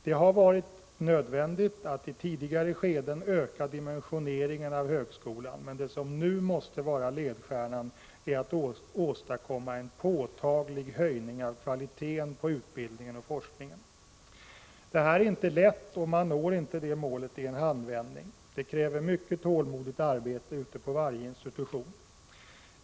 Det har varit nödvändigt att i tidigare skeden öka dimensioneringen av högskolan, men det som nu måste vara ledstjärnan är att åstadkomma en påtaglig höjning av kvaliteten på utbildningen och forskningen. Det är inte lätt, och vi når inte det målet i en handvändning. Det kräver mycket tålmodigt arbete ute på varje institution.